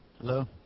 Hello